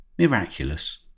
miraculous